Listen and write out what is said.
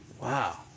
Wow